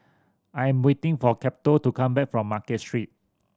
I am waiting for Cato to come back from Market Street